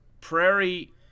Prairie